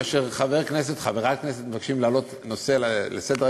כאשר חבר כנסת או חברת כנסת מבקשים להעלות נושא לסדר-היום,